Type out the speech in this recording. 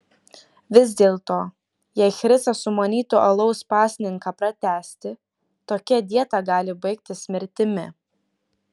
vis dėlto jei chrisas sumanytų alaus pasninką pratęsti tokia dieta gali baigtis mirtimi